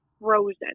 frozen